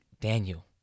Daniel